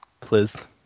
Please